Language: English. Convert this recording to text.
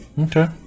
Okay